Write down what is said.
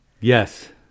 Yes